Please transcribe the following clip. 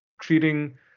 treating